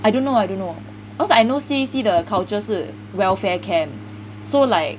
I don't know I don't know cause I know C_A_C 的 culture 是 welfare camp so like